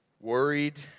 worried